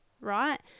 right